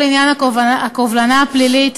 כל עניין הקובלנה הפלילית,